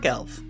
Elf